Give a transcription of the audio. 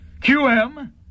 QM